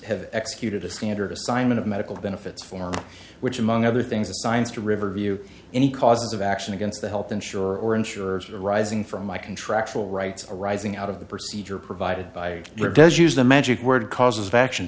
have executed a standard assignment of medical benefits form which among other things assigns to riverview any cause of action against the health insurer or insurers arising from my contractual rights arising out of the procedure provided by rebels use the magic word causes of action